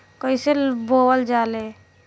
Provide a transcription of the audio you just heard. कईसे बोवल जाले?